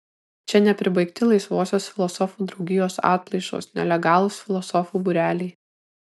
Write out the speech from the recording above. čia nepribaigti laisvosios filosofų draugijos atplaišos nelegalūs filosofų būreliai